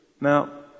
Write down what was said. Now